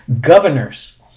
governors